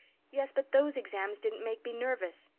yes, but those exams didn't make me nervous.